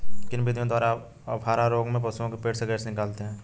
किन विधियों द्वारा अफारा रोग में पशुओं के पेट से गैस निकालते हैं?